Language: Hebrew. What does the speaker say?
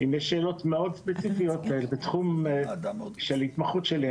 אם יש שאלות מאוד ספציפיות בתחום של ההתמחות שלי,